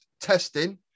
testing